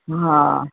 हा